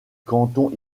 canton